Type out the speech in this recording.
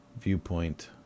viewpoint